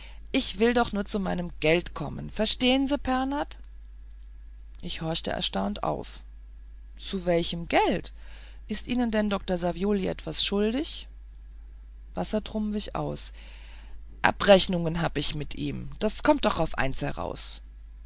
ich will doch nur zu meinem geld kommen verstehen sie pernath ich horchte erstaunt auf zu welchem geld ist ihnen denn dr savioli etwas schuldig wassertrum wich aus abrechnungen hab ich mit ihm das kommt doch auf eins heraus